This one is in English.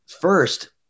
first